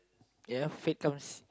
ya fate comes